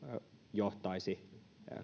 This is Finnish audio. johtaisi